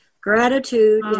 Gratitude